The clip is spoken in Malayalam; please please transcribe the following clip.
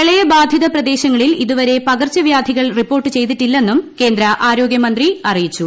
പ്രളയു ബാധിത പ്രദേശങ്ങളിൽ ഇതുവരെ പകർച്ചവ്യാധികൾ റിപ്പോർട്ട് ചെയ്തിട്ടില്ലെന്നും കേന്ദ്ര ആരോഗൃമന്ത്രി അറിയിച്ചു